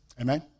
amen